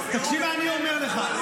תקשיב מה אני אומר לך.